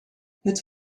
het